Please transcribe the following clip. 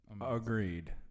Agreed